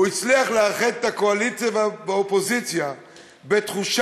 הוא הצליח לאחד את הקואליציה והאופוזיציה בתחושה